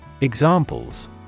Examples